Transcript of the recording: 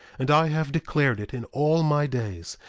and i have declared it in all my days,